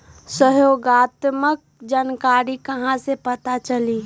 सहयोगात्मक जानकारी कहा से पता चली?